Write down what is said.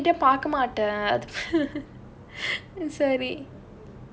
!aiyo! நான்:naan cricket eh பாக்க மாட்டேன்:paakka maattaen I'm sorry